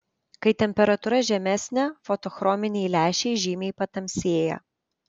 kai temperatūra žemesnė fotochrominiai lęšiai žymiai patamsėja